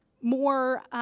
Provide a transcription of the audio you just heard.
more